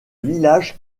village